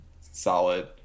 solid